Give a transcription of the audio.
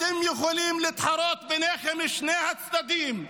אתם יכולים להתחרות ביניכם משני הצדדים,